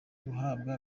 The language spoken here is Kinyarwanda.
guhabwa